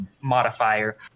modifier